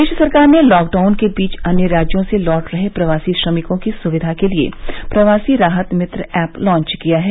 प्रदेश सरकार ने लॉकडाउन के बीच अन्य राज्यों से लौट रहे प्रवासी श्रमिकों की सुविधा के लिए प्रवासी राहत मित्र ऐप लॉन्च किया है